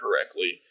correctly